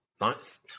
Nice